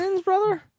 brother